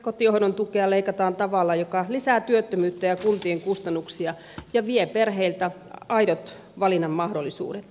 kotihoidon tukea leikataan tavalla joka lisää työttömyyttä ja kuntien kustannuksia ja vie perheiltä aidot valinnanmahdollisuudet